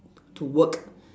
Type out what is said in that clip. to work